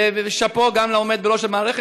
ושאפו גם לעומד בראש המערכת.